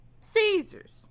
caesars